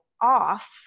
off